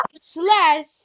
slash